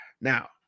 Now